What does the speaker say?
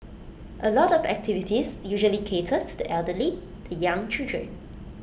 A lot of activities usually cater to the elderly the young children